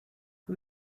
who